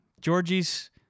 Georgie's